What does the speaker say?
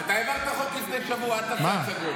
אתה העברת חוק לפני שבוע, אל תעשה הצגות.